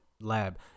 Lab